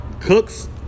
Cooks